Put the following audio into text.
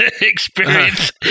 experience